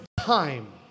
time